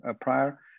prior